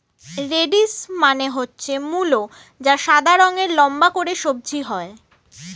radish মানে হচ্ছে মূলো যা সাদা রঙের লম্বা করে সবজি হয়